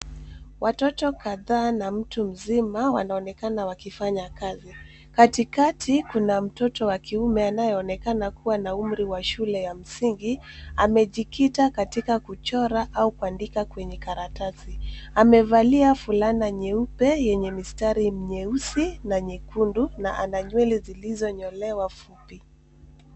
Watoto kadhaa na mtu mzima wanaonekana wakifanya kazi. Katikati kuna mtoto wa kiume anayeonekana kuwa na umri wa shule ya msingi amejikita katika kuchora au kuandika kwenye karatasi. Amevalia fulana nyeupe yenye mistari nyeusi na nyekundu na ana nywele zilizonyolewa fupi.